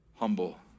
Humble